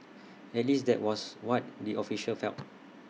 at least that was what the officials felt